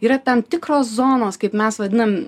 yra tam tikros zonos kaip mes vadinam